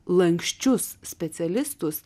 lanksčius specialistus